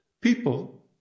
people